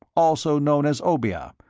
also known as obeah,